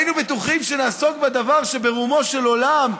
היינו בטוחים שנעסוק בדבר שברומו של עולם,